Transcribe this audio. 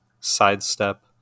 Sidestep